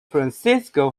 francisco